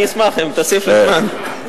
אני אשמח, אם תוסיף לי זמן.